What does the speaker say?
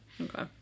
Okay